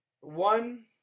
One